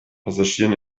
passagieren